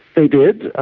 they did, ah